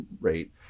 rate